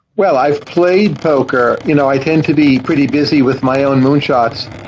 well, i've played poker. you know i tend to be pretty busy with my own moonshots.